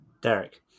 Derek